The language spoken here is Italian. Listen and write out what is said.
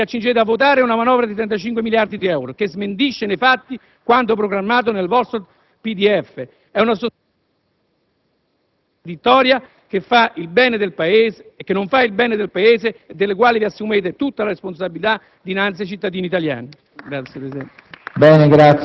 Questa che vi accingete a votare è una manovra di 35 miliardi di euro, che smentisce nei fatti quanto programmato nel vostro DPEF. E', in sostanza, una manovra contraddittoria che non fa il bene del Paese e della quale vi assumete tutta la responsabilità dinnanzi ai cittadini italiani. *(Applausi